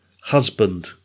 husband